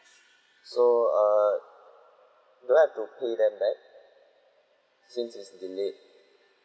so err do I have to pay them back since it's delayed